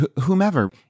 whomever